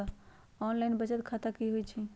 Online बचत खाता की होई छई?